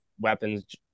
weapons